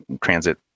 transit